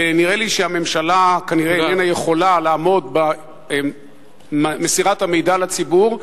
ונראה לי שהממשלה כנראה איננה יכולה לעמוד במסירת המידע לציבור,